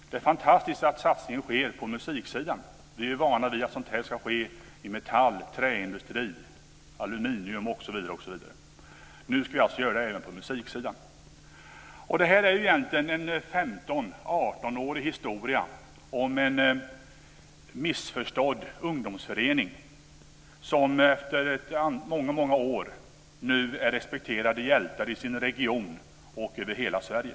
Det är fantastiskt att satsningen sker på musiksidan. Vi är ju vana vid att sådant här ska ske i metall-, trä-, aluminiumindustri osv. Nu ska vi alltså göra detta även på musiksidan. Detta är egentligen en 18-årig historia om en missförstådd ungdomsförening som efter många många år nu är respekterad, och ungdomarna är hjältar i sin region och över hela Sverige.